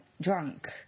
drunk